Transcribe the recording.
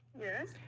Yes